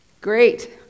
Great